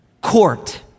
court